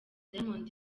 diamond